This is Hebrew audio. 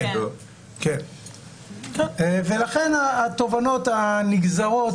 ולכן התובנות הנגזרות